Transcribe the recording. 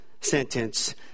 sentence